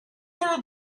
through